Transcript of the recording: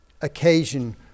occasion